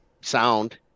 sound